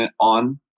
on